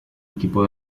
equipo